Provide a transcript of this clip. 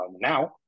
now